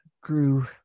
grew